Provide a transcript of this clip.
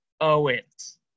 Owens